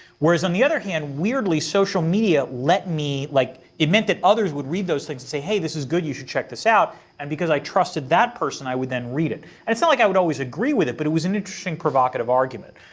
whereas on the other hand, weirdly social media let me like it meant that others would read those things and say, hey, this is good you should check this out. and because i trusted that person, i would then read it. and it's not like i would always agree with it, but it was an interesting provocative argument.